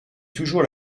toujours